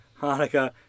Hanukkah